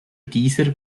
dieser